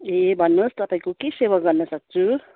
ए भन्नु होस् तपाईँको के सेवा गर्न सक्छु